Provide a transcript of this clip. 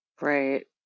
Right